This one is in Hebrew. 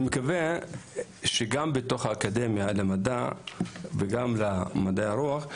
אני מקווה שגם בתוך האקדמיה למדעי וגם במדעי הרוח,